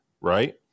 Right